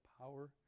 power